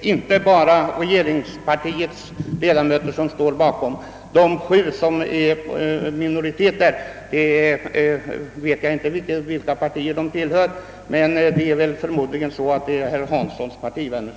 inte bara företrädare för regeringspartiet. Beträffande de sju, som utgör minoriteten, vet jag inte vilka partier de tillhör, men förmodligen är de herr Hanssons partivänner.